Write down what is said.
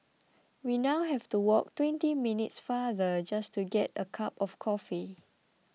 we now have to walk twenty minutes farther just to get a cup of coffee